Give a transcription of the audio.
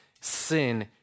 sin